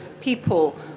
people